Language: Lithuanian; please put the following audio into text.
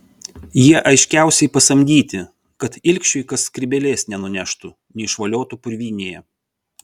jie aiškiausiai pasamdyti kad ilgšiui kas skrybėlės nenuneštų neišvoliotų purvynėje